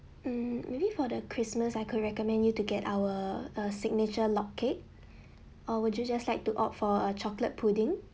mm maybe for the christmas I could recommend you to get our uh signature log cake or would you just like to opt for a chocolate pudding